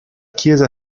chiesa